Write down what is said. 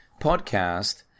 podcast